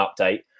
update